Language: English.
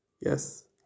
Yes